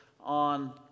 on